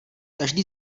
každý